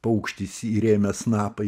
paukštis įrėmęs snapą